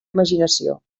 imaginació